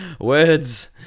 words